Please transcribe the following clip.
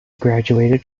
graduated